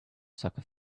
soccer